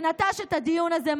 שנטש את הדיון הזה,